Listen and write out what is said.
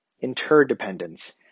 Interdependence